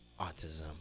autism